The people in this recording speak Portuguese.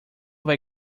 vai